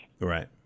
Right